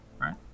right